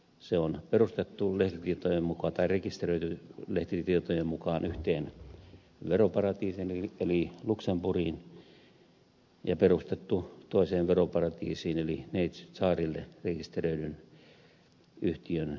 se on rekisteröity lehtitietojen mukaan yhteen veroparatiisiin eli luxemburgiin ja perustettu toiseen veroparatiisiin eli neitsytsaarille rekisteröidyn yhtiön kautta